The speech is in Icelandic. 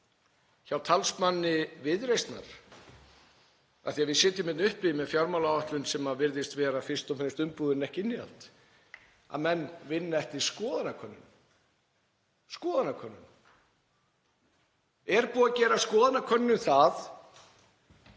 af talsmanni Viðreisnar — af því að við sitjum uppi með fjármálaáætlun sem virðist vera fyrst og fremst umbúðir en ekki innihald — að menn vinna eftir skoðanakönnunum. Skoðanakönnunum. Er búið að gera skoðanakönnun um